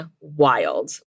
wild